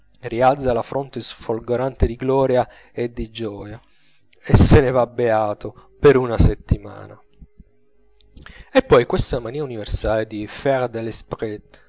rialza la fronte sfolgorante di gloria e di gioia e se ne va beato per una settimana e poi questa mania universale di fair de